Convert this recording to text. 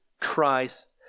Christ